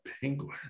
penguin